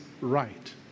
right